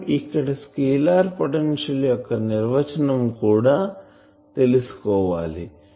మనం ఇక్కడ scalar potential యొక్కనిర్వచనం కూడా తెలుసుకోవాలి